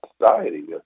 society